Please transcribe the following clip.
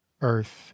earth